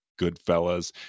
Goodfellas